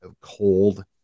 Cold